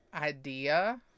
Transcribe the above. idea